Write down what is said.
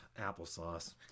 applesauce